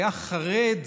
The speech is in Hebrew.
היה חרד,